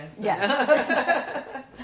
Yes